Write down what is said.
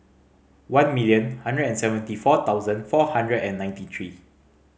one million hundred and seventy four thousand four hundred and ninety three